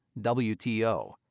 WTO